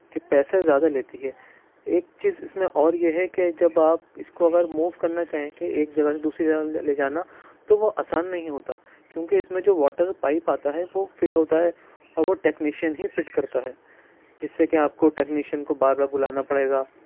کہ پیسے زیادہ لیتی ہے ایک چیز اِس میں اور یہ ہے کہ جب آپ اِس کو اگر موف کرنا چاہیں کہ ایک جگہ سے دوسری جگہ لے لے جانا تو وہ آسان نہیں ہوتا کیونکہ اِس میں جو واٹر پائپ آتا ہے وہ فٹ ہوتا ہے اور وہ ٹیکنیشین ہی فٹ کرتا ہے جس سے کہ آپ کو ٹیکنیشین کو بار بار بُلانا پڑے گا